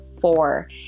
four